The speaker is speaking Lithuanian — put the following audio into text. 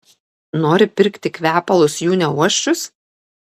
nori pirkti kvepalus jų neuosčius